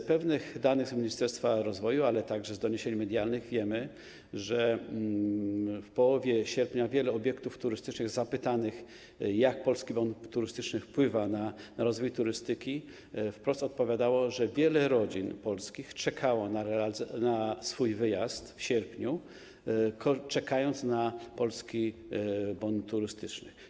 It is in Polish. Z pewnych danych z Ministerstwa Rozwoju, ale także z doniesień medialnych wiemy, że w połowie sierpnia wiele obiektów turystycznych, zapytanych, jak Polski Bon Turystyczny wpływa na rozwój turystyki, wprost odpowiadało, że wiele rodzin polskich planowało swój wyjazd na sierpień, czekając na Polski Bon Turystyczny.